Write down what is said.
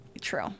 True